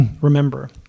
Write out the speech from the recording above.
Remember